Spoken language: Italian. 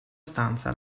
stanza